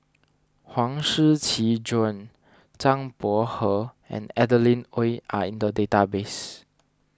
Huang Shiqi Joan Zhang Bohe and Adeline Ooi are in the database